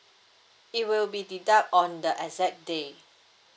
it will be deduct on the exact day